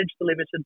limited